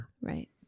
Right